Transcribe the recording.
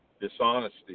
dishonesty